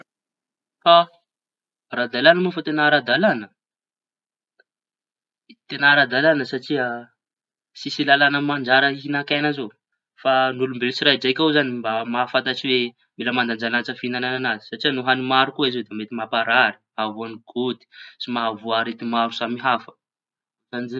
Ha ara-dalaña moa fa teña ara-dalaña. Teña ara- dalaña satria tsisy lalaña mandrara hihiñan-keña zao fa ny olombeloña tsiiraidraiky avao koa zañy mba mahafantatry ny hoe mila manajanaja fihiñana azy. Satria zañy no hañy maro koa izy io da mety mamparary maha voañy goty sy mahavoa arety maro samihafa.